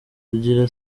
sugira